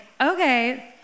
okay